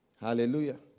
Hallelujah